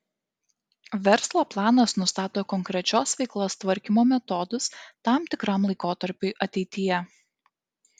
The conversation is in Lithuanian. verslo planas nustato konkrečios veiklos tvarkymo metodus tam tikram laikotarpiui ateityje